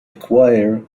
acquire